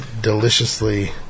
deliciously